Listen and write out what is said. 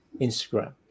Instagram